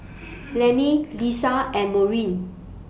Laney Liza and Maureen